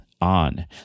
on